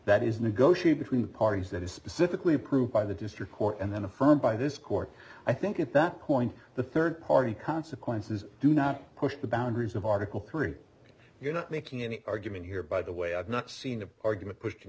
that is negotiate between the parties that is specifically approved by the does your court and then affirmed by this court i think at that point the third party consequences do not push the boundaries of article three you're not making any argument here by the way i've not seen the argument pushed in